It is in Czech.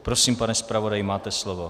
Prosím, pane zpravodaji, máte slovo.